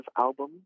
album